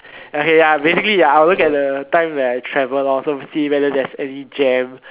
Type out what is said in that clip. ya okay ya basically ya I will look at like time where I travel lor to see if got any jam